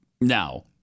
now